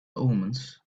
omens